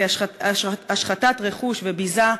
השחתת רכוש וביזה,